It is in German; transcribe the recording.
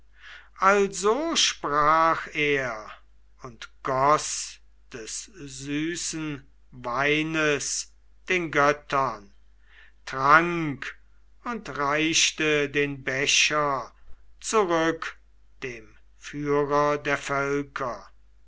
also sprach er und goß des süßen weines den göttern trank und reichte den becher zurück dem führer der völker